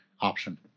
option